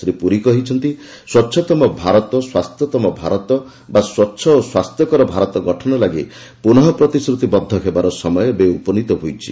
ଶ୍ରୀ ପୁରୀ କହିଛନ୍ତି ସ୍ୱଚ୍ଚତମ ଭାରତ ସ୍ୱାସ୍ଥ୍ୟତମ ଭାରତ ବା ସ୍ୱଚ୍ଚ ଓ ସ୍ୱାସ୍ଥ୍ୟକର ଭାରତ ଗଠନ ଲାଗି ପୁନଃ ପ୍ରତିଶ୍ରତିବଦ୍ଧ ହେବାର ସମୟ ଏବେ ଉପନୀତ ହୋଇଛି